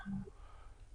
תודה.